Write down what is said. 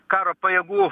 karo pajėgų